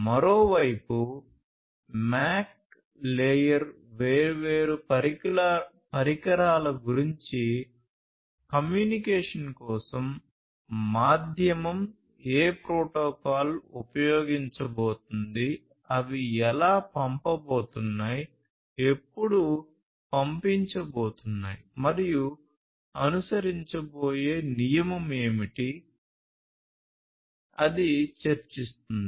మరోవైపు MAC layer వేర్వేరు పరికరాల గురించి కమ్యూనికేషన్ కోసం మాధ్యమం ఏ ప్రోటోకాల్ ఉపయోగించబోతోంది అవి ఎలా పంపబోతున్నాయి ఎప్పుడు పంపించబోతున్నాయి మరియు అనుసరించబోయే నియమం ఏమిటి ఏమిటి అది చర్చిస్తుంది